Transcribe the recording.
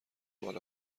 بال